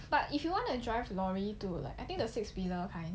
but if you want to drive lorry to like I think the sixth pillar kind